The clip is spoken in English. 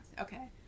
Okay